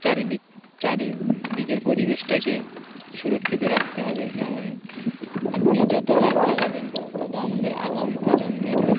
চারিদিক চারিদিকের পরিবেশটাকে সুরক্ষিত রাখতে হবে যেমন আপনি যত গাছ লাগাবেন তত আমাদের আগামী প্রজন্মের